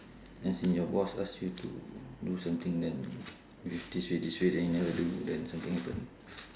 as in your boss ask you to do something then with this way this way then you never do then something happen